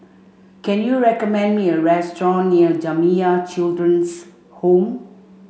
can you recommend me a restaurant near Jamiyah Children's Home